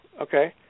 Okay